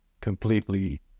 completely